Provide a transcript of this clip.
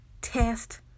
test